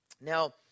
Now